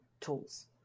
tools